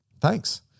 Thanks